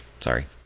Sorry